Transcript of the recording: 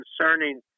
concerning